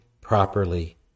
properly